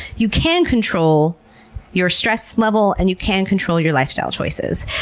you can control your stress level and you can control your lifestyle choices.